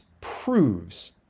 proves